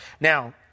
Now